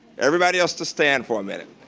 everybody else to stand for a minute.